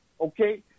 Okay